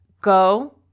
go